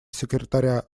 секретаря